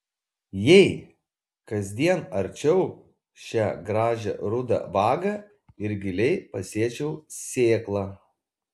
jei kasdien arčiau šią gražią rudą vagą ir giliai pasėčiau sėklą